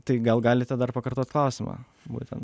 tai gal galite dar pakartot klausimą būtent